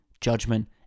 judgment